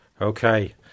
Okay